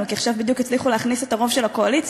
כי עכשיו בדיוק הצליחו להכניס את הרוב של הקואליציה,